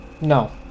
No